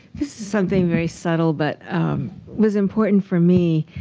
this is something very subtle, but was important for me.